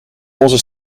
onze